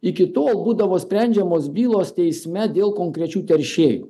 iki tol būdavo sprendžiamos bylos teisme dėl konkrečių teršėjų